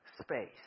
space